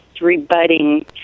rebutting